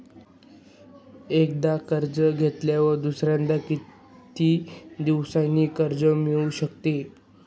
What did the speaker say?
एकदा कर्ज घेतल्यावर दुसऱ्यांदा किती दिवसांनी कर्ज मिळू शकते?